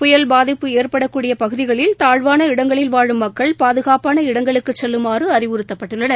புயல் பாதிப்பு ஏற்படக்கூடிய பகுதிகளில் தாழ்வான இடங்களில் வாழும் மக்கள் பாதுகாப்பான இடங்களுக்கு செல்லுமாறு அறிவுறுத்தபட்டுள்ளனர்